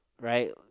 right